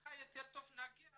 ככה יותר טוב נגיע